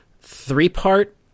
three-part